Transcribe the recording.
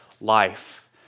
life